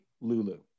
lulu